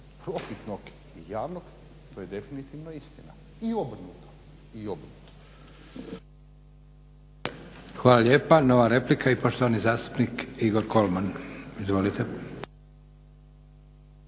profitnog i javnog to je definitivno istina, i obrnuto. **Leko, Josip (SDP)** Hvala lijepa. Nova replika i poštovani zastupnik Igor Kolman. Izvolite.